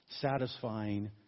satisfying